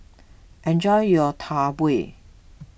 enjoy your Tau Huay